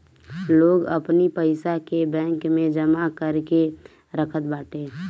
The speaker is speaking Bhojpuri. लोग अपनी पईसा के बैंक में जमा करके रखत बाटे